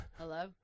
Hello